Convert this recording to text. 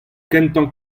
kentañ